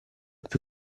più